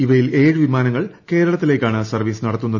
ഇവയിൽ ഏഴ് വിമാനങ്ങൾ കേരളത്തിലേക്കാണ് സർവ്വീസ് നടത്തുന്നത്